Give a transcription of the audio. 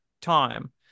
time